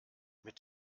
mit